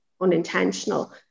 unintentional